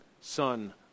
Son